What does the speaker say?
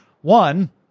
One